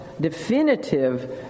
definitive